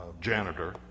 janitor